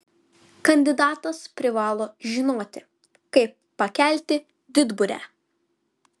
kandidatas privalo žinoti kaip pakelti didburę